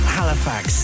Halifax